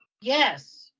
Yes